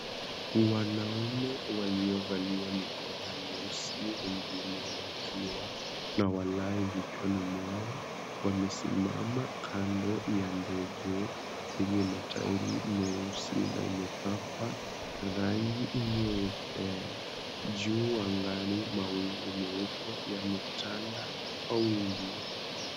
Wanaume waliovalia miko meusi yenye wakiwa na walai vichwani mwao wamesimama kando ya ndege yenye matairi meusi nyeusi na imepakwa rangi nyeupe. Juu angani mawingu meupe yametanda kwa wingi.